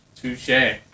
Touche